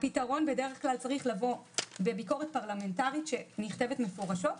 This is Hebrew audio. הפתרון צריך לבוא בביקורת פרלמנטרית שנכתבת מפורשות.